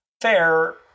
Fair